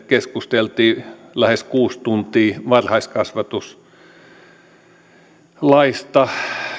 keskusteltiin lähes kuusi tuntia varhaiskasvatuslaista